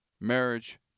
marriage